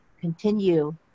continue